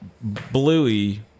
bluey